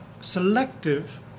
selective